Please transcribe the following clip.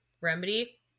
remedy